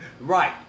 Right